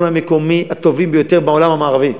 המקומיים הטובים ביותר בעולם המערבי.